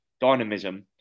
dynamism